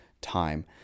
time